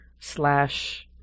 slash